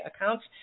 accounts